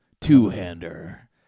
Two-hander